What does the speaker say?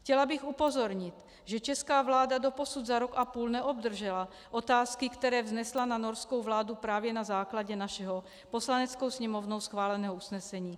Chtěla bych upozornit, že česká vláda doposud za rok a půl neobdržela otázky, které vznesla na norskou vládu právě na základě našeho Poslaneckou sněmovnou schváleného usnesení.